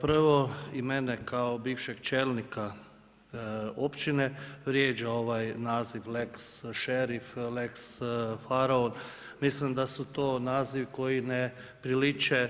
Prvo i mene kao bivšeg čelnika općine vrijeđa ovaj naziv lex šerif, lex faraon, mislim da su to nazivi koji ne priliče